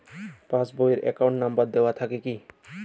Pass বই এ account number দেওয়া থাকে কি?